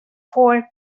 four